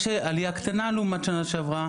יש עלייה קטנה לעומת השנה שעברה,